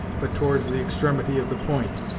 but towards the extremity of the point,